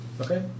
Okay